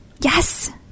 Yes